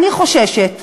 אני חוששת.